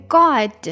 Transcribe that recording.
God